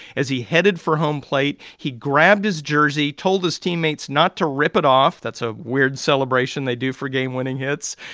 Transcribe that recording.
as he headed for home plate, he grabbed his jersey, told his teammates not to rip it off that's a weird celebration they do for game-winning hits.